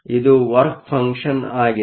ಇದು work function ಆಗಿದೆ